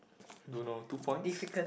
don't know two points